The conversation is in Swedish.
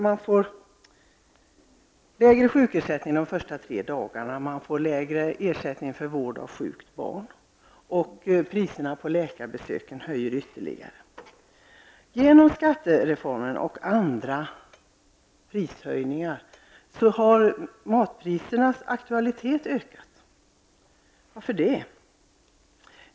Man får lägre sjukersättning de första tre dagarna, och man får lägre ersättning för vård av sjukt barn. Genom skattereformen och andra prishöjningar har matprisernas aktualitet ökat. Varför det?